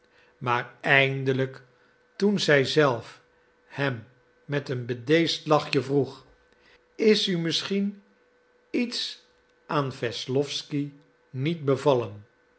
maar eindelijk toen zij zelf hem met een bedeesd lachje vroeg is u misschien iets aan wesslowsky niet bevallen